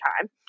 time